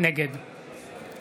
נגד